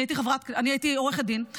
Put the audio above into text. אני הייתי עורכת דין,